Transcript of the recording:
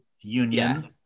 union